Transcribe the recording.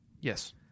Yes